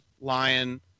Lion